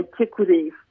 antiquities